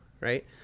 right